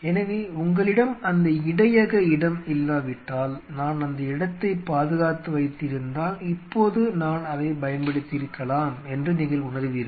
எனவே உங்களிடம் அந்த இடையக இடம் இல்லாவிட்டால் நான் அந்த இடத்தைப் பாதுகாத்து வைத்திருந்தால் இப்போது நான் அதைப் பயன்படுத்தியிருக்கலாம் என்று நீங்கள் உணர்வீர்கள்